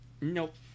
Nope